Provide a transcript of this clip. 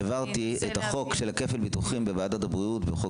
כשהעברתי עכשיו את החוק של כפל ביטוחים בוועדת הבריאות ובחוק